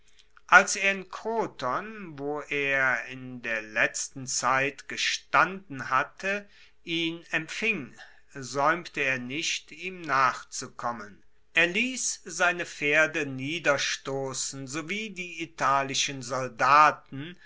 als er in kroton wo er in der letzten zeit gestanden hatte ihn empfing saeumte er nicht ihm nachzukommen er liess seine pferde niederstossen sowie die italischen soldaten